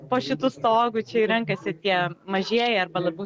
po šitu stogu čia ir renkasi tie mažieji arba labiau